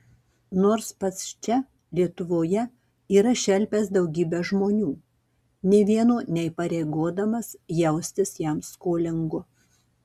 nors pats čia lietuvoje yra šelpęs daugybę žmonių nė vieno neįpareigodamas jaustis jam skolingu